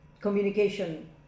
communication